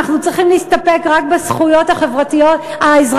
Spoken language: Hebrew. אנחנו צריכים להסתפק רק בזכויות האזרחיות